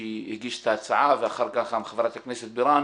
שהגיש את ההצעה ואחר כך חברת הכנסת בירן